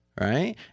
right